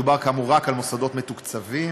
מדובר כאמור רק על מוסדות מתוקצבים,